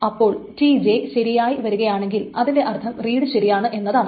അപ്പോൾ Tj ശരിയായി വരുകയാണെങ്കിൽ അതിന്റെ അർത്ഥം റീഡ് ശരിയാണ് എന്നതാണ്